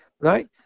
Right